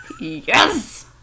Yes